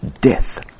death